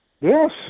Yes